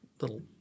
little